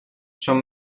són